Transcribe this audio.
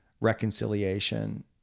reconciliation